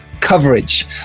coverage